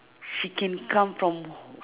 she can come from